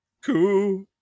Cool